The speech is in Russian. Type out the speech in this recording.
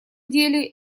деле